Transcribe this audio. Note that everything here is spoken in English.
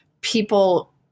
people